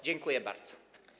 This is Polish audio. Dziękuję bardzo.